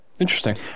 Interesting